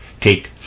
take